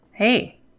Hey